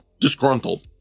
disgruntled